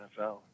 NFL